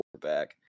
quarterback